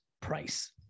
price